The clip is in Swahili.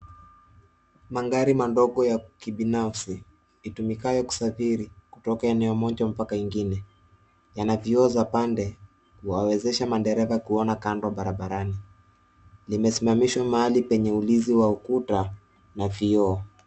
Magari mandogo ya kibinafsi itumikayo kusafiri kutoka eneo moja mbaka ingine. Yana vioo za pande kuwawezesha madereva kuona kando barabarani. Limesimamsihwa mahali penye ulinzi wa ukuta na vioo.